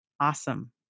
Awesome